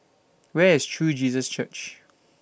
Where IS True Jesus Church